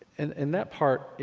and that part,